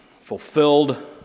fulfilled